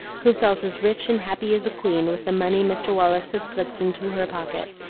who felt as rich and happy as a queen with the money mr. wallace had slipped into her pocket,